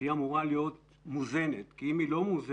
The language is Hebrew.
שהיא אמורה להיות מוזנת כי אם היא לא מוזנת,